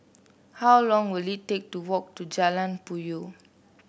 how long will it take to walk to Jalan Puyoh